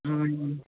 ம்